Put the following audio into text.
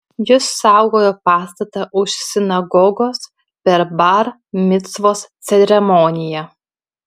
jis saugojo pastatą už sinagogos per bar micvos ceremoniją